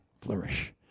Flourish